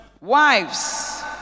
Wives